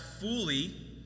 fully